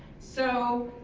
so,